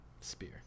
Spear